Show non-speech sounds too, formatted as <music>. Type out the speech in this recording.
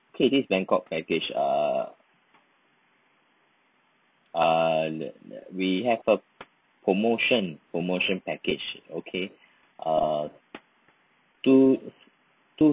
okay this bangkok package uh ah <noise> we have a promotion promotion package okay uh to to